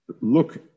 look